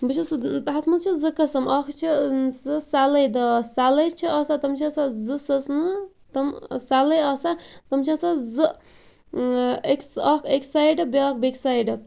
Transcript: بہٕ چھَس تتھ مَنٛز چھِ زٕ قسم اکھ چھُ و سُہ سَلَے داس سَلے چھِ آسان تِم چھِ آسان زٕ سٕژنہِ تِم سَلے آسان تِم چھِ آسان زٕ أکِس اکھ اَکہِ سایڈِ بیٚکِس بیاکھ بیٚکہِ سایڈٕ